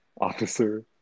Officer